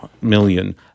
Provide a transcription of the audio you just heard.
million